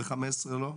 ו-15 לא?